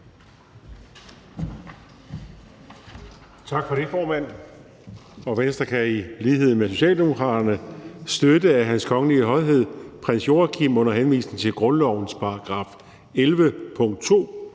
Tak for det, formand. Venstre kan i lighed med Socialdemokraterne støtte, at Hans Kongelige Højhed Prins Joachim under henvisning til grundlovens § 11,